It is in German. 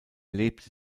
lebte